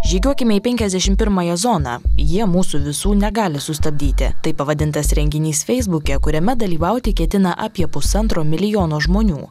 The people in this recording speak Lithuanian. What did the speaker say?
žygiuokime į penkiasdešim pirmąją zoną jie mūsų visų negali sustabdyti taip pavadintas renginys feisbuke kuriame dalyvauti ketina apie pusantro milijono žmonių